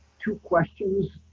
two questions.